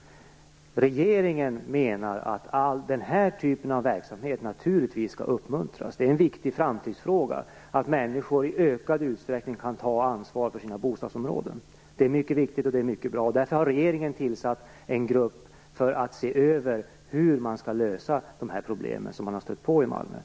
Regeringen anser att all sådan typ av verksamhet skall uppmuntras. Det är en viktig framtidsfråga, att människor i ökad utsträckning kan ta ansvar för sina bostadsområden. Därför har regeringen tillsatt en grupp som skall se över hur man skall lösa de problem som har uppstått i Malmö.